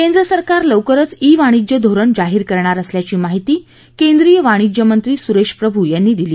केंद्र सरकार लवकरच ई वाणिज्य धोरण जाहीर करणार असल्याची माहिती आज केंद्रीय वाणिज्य मंत्री सुरेश प्रभू यांनी दिली